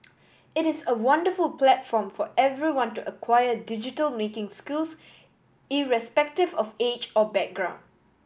it is a wonderful platform for everyone to acquire digital making skills irrespective of age or background